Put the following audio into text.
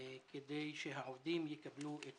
כדי שהעובדים יקבלו את